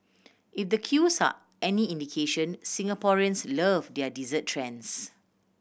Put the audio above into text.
if the queues are any indication Singaporeans love their dessert trends